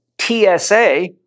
TSA